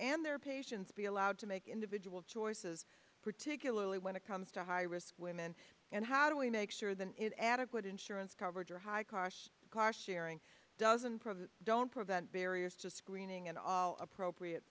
and their patients be allowed to make individual choices particularly when it comes to high risk women and how do we make sure that it adequate insurance coverage or high cost car sharing doesn't provide don't prevent barriers to screening and appropriate